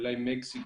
אולי מקסיקו,